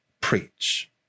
preach